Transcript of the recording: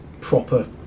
proper